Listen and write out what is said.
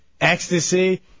ecstasy